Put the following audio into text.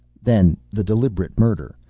then the deliberate murder.